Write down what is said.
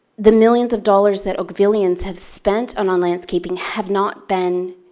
the millions of dollars that oakvillians have spent on on landscaping have not been